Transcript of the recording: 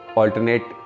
alternate